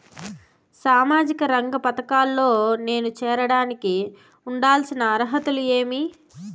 సామాజిక రంగ పథకాల్లో నేను చేరడానికి ఉండాల్సిన అర్హతలు ఏమి?